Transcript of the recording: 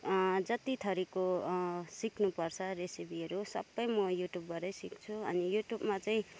जति थरीको सिक्नुपर्छ रेसिपीहरू सबै म युट्युबबाटै सिक्छु अनि युट्युबमा चाहिँ